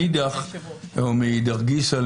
מאידך גיסא,